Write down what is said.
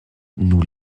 nous